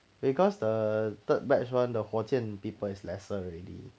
because the third batch [one] 的火箭 people is lesser already